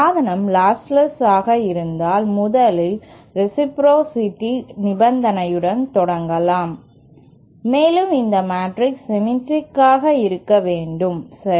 சாதனம் லாஸ்ட்லெஸ் ஆக இருந்தால் முதலில் ரேசிப்ரோசிடி நிபந்தனையுடன் தொடங்கலாம் மேலும் இந்த மேட்ரிக் சிம்மேற்றிக் ஆக இருக்க வேண்டும் சரி